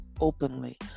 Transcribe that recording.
openly